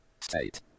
state